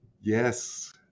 Yes